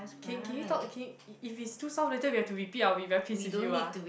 can can you talk can y~ if it's too soft later we have to repeat I will be very pissed with you ah